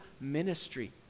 ministry